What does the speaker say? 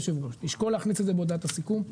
לשקול להכניס את זה בהודעת הסיכום.